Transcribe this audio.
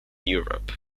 europe